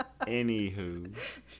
Anywho